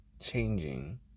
changing